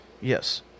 yes